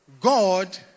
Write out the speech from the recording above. God